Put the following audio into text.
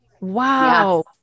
Wow